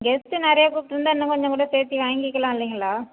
guest நிறையா கூப்பிட்டுருந்தா இன்னும் கொஞ்சம் கூட சேர்த்தி வாங்கிக்கலாம் இல்லைங்களா